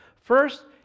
First